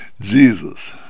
Jesus